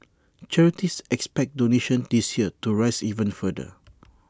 charities expect donations this year to rise even further